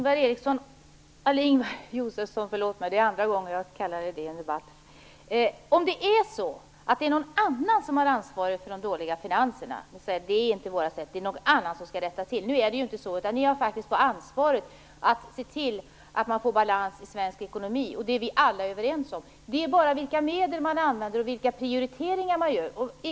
Herr talman! Nu är det ju inte så att någon annan har ansvaret för de dåliga finanserna. Ni har faktiskt ansvaret att se till att det blir balans i svensk ekonomi, och det är vi alla överens om. Det är bara vilka medel man använder och vilka prioriteringar man gör som vi är oense om.